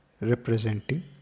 representing